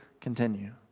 continue